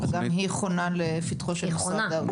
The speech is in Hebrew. וגם היא חונה לפתחו של משרד האוצר.